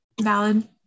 Valid